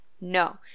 No